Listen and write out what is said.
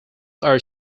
are